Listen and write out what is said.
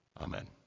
Amen